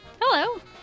Hello